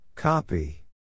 Copy